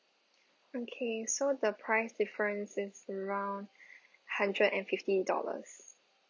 okay so the price difference is around hundred and fifty dollars